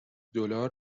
دلار